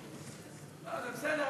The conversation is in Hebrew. זה בסדר.